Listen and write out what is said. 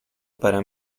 para